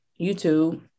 YouTube